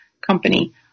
company